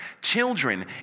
Children